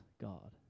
God